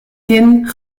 kin